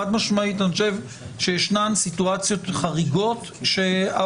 חד משמעית אני חושב שיש סיטואציות חריגות ואני